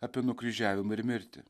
apie nukryžiavimą ir mirtį